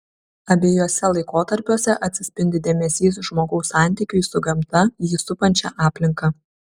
abiejuose laikotarpiuose atsispindi dėmesys žmogaus santykiui su gamta jį supančia aplinka